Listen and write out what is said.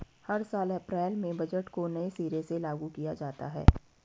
हर साल अप्रैल में बजट को नये सिरे से लागू किया जाता है